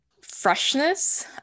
freshness